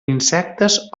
insectes